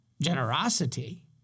generosity